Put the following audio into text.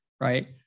right